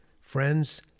Friends